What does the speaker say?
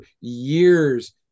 years